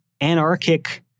anarchic